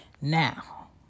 Now